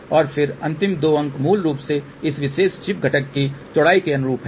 और फिर अंतिम दो अंक मूल रूप से इस विशेष चिप घटक की चौड़ाई के अनुरूप हैं